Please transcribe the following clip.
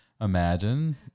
Imagine